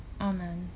Amen